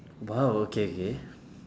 !wow! okay okay